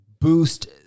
boost